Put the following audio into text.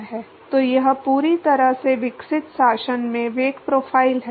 तो यह पूरी तरह से विकसित शासन में वेग प्रोफ़ाइल है